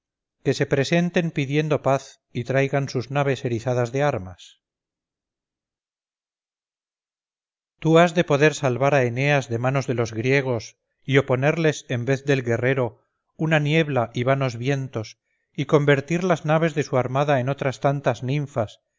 que se presenten pidiendo paz y traigan sus naves erizadas de armas tú has de poder salvar a eneas de manos de los griegos y oponerles en vez del guerrero una niebla y vanos vientos y convertir las naves de su armada en otras tantas ninfas